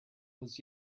was